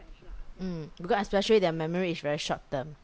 mm because especially their memory is very short term